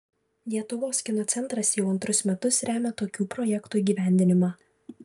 lietuvos kino centras jau antrus metus remia tokių projektų įgyvendinimą